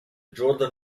jordan